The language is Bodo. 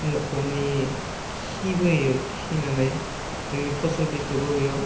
मोसौनि खिबो होयो खिनानै जोंनि फसल बिखौबो होयो